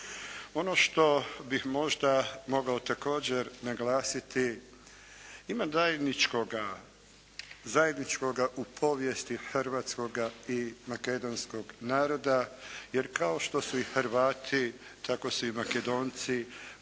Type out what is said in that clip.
Ono što bih možda mogao također naglasiti ima zajedničkoga u povijesti hrvatskoga i makedonskog naroda, jer kao što su i Hrvati tako su i Makedonci